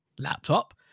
laptop